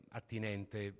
attinente